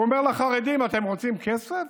הוא אומר לחרדים: אתם רוצים כסף?